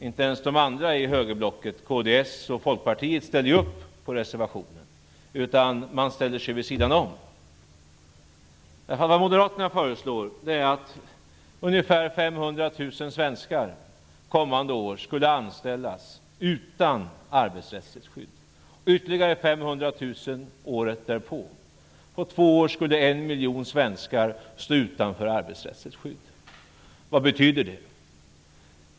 Inte ens de andra partierna i högerblocket - kds och Folkpartiet - ställer ju upp på reservationen, utan man ställer sig vid sidan om. Vad moderaterna föreslår är att ca 500 000 svenskar skulle anställas under kommande år utan arbetsrättsligt skydd. Ytterligare 500 000 skulle anställas under samma förhållanden året därpå. På två år skulle en miljon svenskar stå utanför arbetsrättsligt skydd. Vad betyder det?